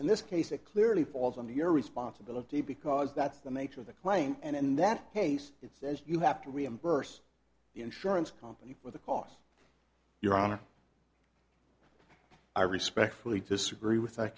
in this case it clearly falls under your responsibility because that's the nature of the claim and in that case it says you have to reimburse the insurance company for the costs your honor i respectfully disagree with that